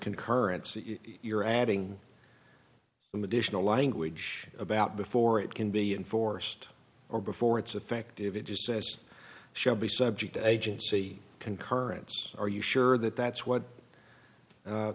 concurrency you're adding some additional language about before it can be enforced or before it's effective it just says shall be subject to agency concurrence are you sure that that's what